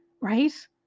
right